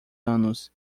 anos